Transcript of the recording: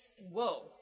whoa